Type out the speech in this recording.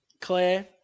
Claire